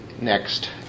next